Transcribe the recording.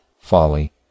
folly